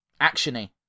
action-y